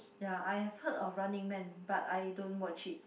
ya I have heard of Running Man but I don't watch it